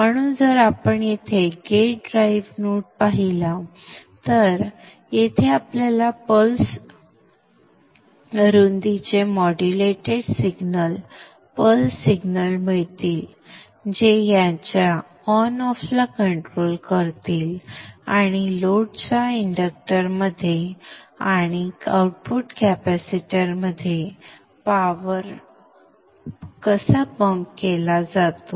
म्हणून जर आपण येथे गेट ड्राइव्ह नोड पाहिला तर येथे आपल्याला पल्स रुंदीचे मॉड्यूलेटेड सिग्नल पल्स सिग्नल मिळतील जे याच्या ऑन ऑफला कंट्रोल करतील आणि लोडच्या इंडक्टरमध्ये आणि आउटपुट कॅपेसिटरमध्ये पॉवर कसा पंप केला जातो